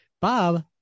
Bob